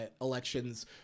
elections